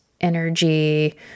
energy